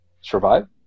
survive